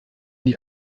die